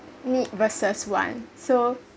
need versus want so